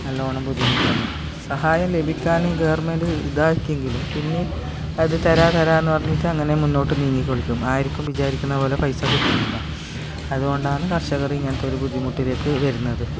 നല്ലവണ്ണം ബുദ്ധിമുട്ടാണ് സഹായം ലഭിക്കാൻ ഗവർണ്മെന്റ് ഇതാക്കിയെങ്കിലും പിന്നെ അത് തരാം തരാമെന്ന് പറഞ്ഞിട്ട് അങ്ങനെ മുന്നോട്ട് നീങ്ങി കളിക്കും ആർക്കും വിചാരിക്കുന്നത് പോലെ പൈസ കിട്ടുന്നില്ല അതുകൊണ്ടാണ് കർഷകർ ഇങ്ങനത്തെ ഒരു ബുദ്ധിമുട്ടിലേക്ക് വരുന്നത്